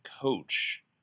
coach